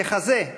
ככזה,